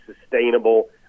sustainable